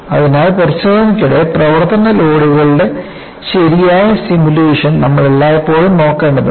അതിനാൽ പരിശോധനയ്ക്കിടെ പ്രവർത്തന ലോഡുകളുടെ ശരിയായ സിമുലേഷൻ നമ്മൾ എല്ലായ്പ്പോഴും നോക്കേണ്ടതുണ്ട്